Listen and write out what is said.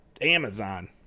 Amazon